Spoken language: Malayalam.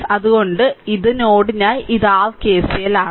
അതിനാൽ ഈ നോഡിനായി ഇത് r KCL ആണ്